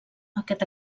aquest